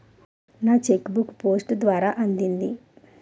నా cheque book post ద్వారా అందింది